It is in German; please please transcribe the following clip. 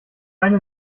eine